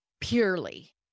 purely